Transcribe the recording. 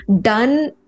done